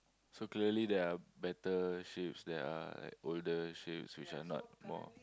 so clearly there are better shifts that are older shifts which are not more